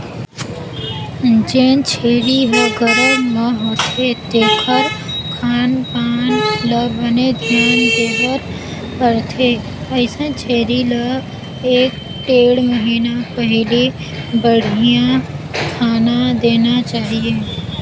जेन छेरी ह गरभ म होथे तेखर खान पान ल बने धियान देबर परथे, अइसन छेरी ल एक ढ़ेड़ महिना पहिली बड़िहा खाना देना चाही